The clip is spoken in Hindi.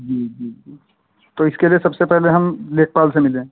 जी जी जी तो इसके लिए सबसे पहले हम लेखपाल से मिलें